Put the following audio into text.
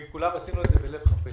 עם כולם עשינו את זה בלב חפץ.